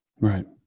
Right